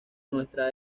nuestra